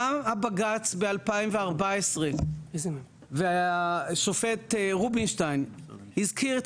גם הבג"צ ב-2014 והשופט רובינשטיין הזכיר את